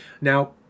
Now